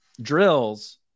drills